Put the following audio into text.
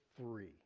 three